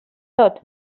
tot